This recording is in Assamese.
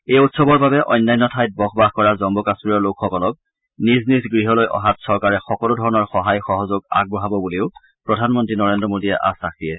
এই উৎসৱৰ বাবে অন্যান্য ঠাইত বসবাস কৰা জম্মু কাশ্মীৰৰ লোকসকলক নিজ নিজ গৃহলৈ অহাত চৰকাৰে সকলোধৰণৰ সহায় সহযোগ আগবঢ়াব বুলিও প্ৰধানমন্ত্ৰী নৰেন্দ্ৰ মোদীয়ে আশ্বাস দিয়ে